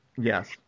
Yes